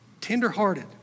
tenderhearted